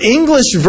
English